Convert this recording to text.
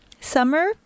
summer